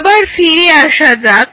আবার ফিরে আসা যাক